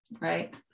Right